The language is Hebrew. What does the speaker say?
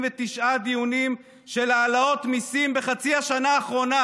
דיונים של העלאות מיסים בחצי השנה האחרונה.